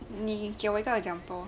你给我一个 example